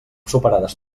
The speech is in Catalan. superades